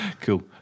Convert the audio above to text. Cool